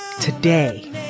today